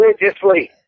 Religiously